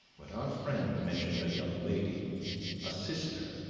but our friend mentioned a young lady a sister,